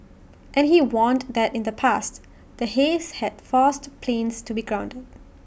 and he warned that in the past the haze had forced planes to be grounded